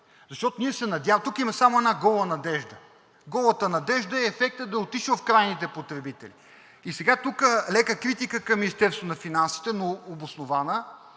ефекта върху гражданите – тук има само една гола надежда. Голата надежда е ефектът да е отишъл в крайните потребители. Тук и лека критика към Министерството на финансите, но обоснована: